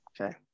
Okay